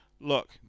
look